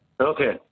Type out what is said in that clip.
Okay